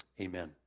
Amen